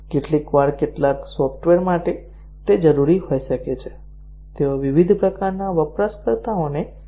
કેટલીકવાર કેટલાક સોફ્ટવેર માટે તે જરૂરી હોઈ શકે છે કે તેઓ વિવિધ પ્રકારના વપરાશકર્તાઓને ટેકો આપે